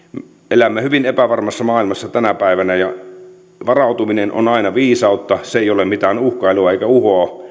elämme hyvin epävarmassa maailmassa tänä päivänä ja varautuminen on aina viisautta se ei ole mitään uhkailua eikä uhoa